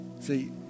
See